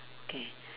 okay